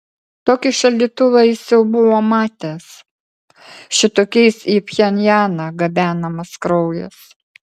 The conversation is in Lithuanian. tokį šaldytuvą jis jau buvo matęs šitokiais į pchenjaną gabenamas kraujas